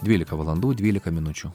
dvylika valandų dvylika minučių